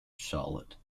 charlotte